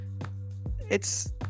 it's-